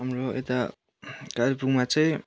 हाम्रो यता कालिम्पोङमा चाहिँ